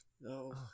No